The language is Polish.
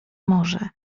morze